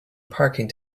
parking